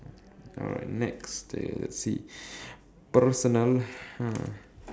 alright next uh see personal hmm